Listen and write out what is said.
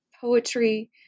poetry